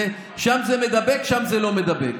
שם זה מידבק ושם זה לא מידבק.